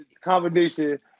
Combination